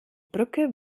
brücke